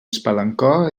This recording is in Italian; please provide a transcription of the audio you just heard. spalancò